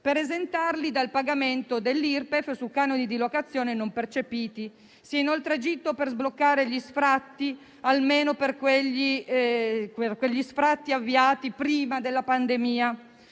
per esentarli dal pagamento dell'Irpef su canoni di locazione non percepiti. Si è inoltre agito per bloccare gli sfratti, almeno quelli avviati prima della pandemia.